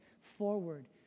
forward